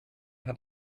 hat